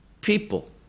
people